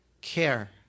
Care